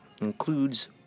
includes